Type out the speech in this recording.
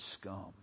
scum